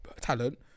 talent